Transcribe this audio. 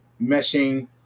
meshing